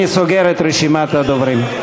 אני סוגר את רשימת הדוברים.